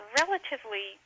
relatively